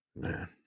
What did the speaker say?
Man